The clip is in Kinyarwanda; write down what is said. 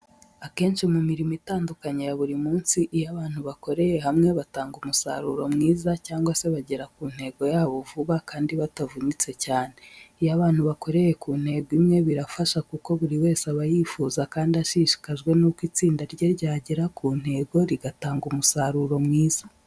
Akenshi mu mirimo itandukanye ya buri munsi, iyo abantu bakoreye hamwe batanga umusaruro mwiza cyangwa se bagera ku ntego yabo vuba kandi batavunitse cyane. Iyo abantu bakoreye ku ntego imwe birafasha kuko buri wese aba yifuza kandi ashishikajwe nuko itsinda rye ryagera ku ntego rigatanga umusaruro mwiza.